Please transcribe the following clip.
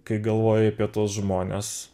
kai galvoji apie tuos žmones